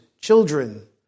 children